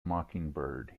mockingbird